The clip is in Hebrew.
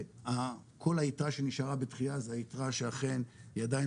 וכל היתרה שנשארה בדחיה זאת היתרה שאכן היא עדיין